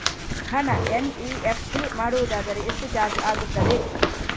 ಹಣ ಎನ್.ಇ.ಎಫ್.ಟಿ ಮಾಡುವುದಾದರೆ ಎಷ್ಟು ಚಾರ್ಜ್ ಆಗುತ್ತದೆ?